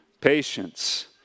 patience